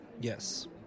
Yes